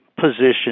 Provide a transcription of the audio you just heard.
position